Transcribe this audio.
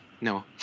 No